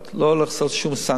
לא הולך לעשות שום סנקציות.